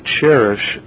cherish